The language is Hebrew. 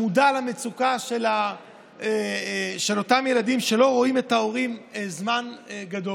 מודע למצוקה של אותם ילדים שלא רואים את ההורים זמן ארוך,